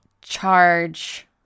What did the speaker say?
charge